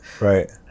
right